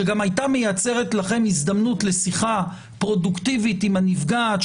שגם הייתה מייצרת לכם הזדמנות לשיחה פרודוקטיבית עם הנפגעת,